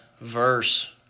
verse